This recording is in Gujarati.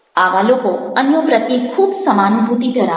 આવા લોકો અન્યો પ્રત્યે ખૂબ સમાનુભૂતિ ધરાવે છે